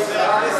עכשיו?